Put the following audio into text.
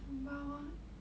sembawang